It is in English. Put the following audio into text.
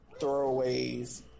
throwaways